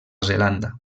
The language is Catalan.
zelanda